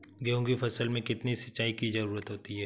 गेहूँ की फसल में कितनी सिंचाई की जरूरत होती है?